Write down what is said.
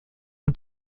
mit